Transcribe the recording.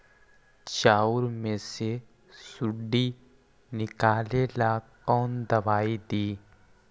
चाउर में से सुंडी निकले ला कौन दवाई दी?